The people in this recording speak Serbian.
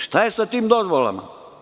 Šta je sa tim dozvolama?